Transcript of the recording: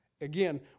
again